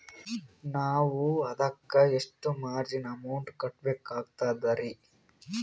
ನಾವು ಅದಕ್ಕ ಎಷ್ಟ ಮಾರ್ಜಿನ ಅಮೌಂಟ್ ಕಟ್ಟಬಕಾಗ್ತದ್ರಿ?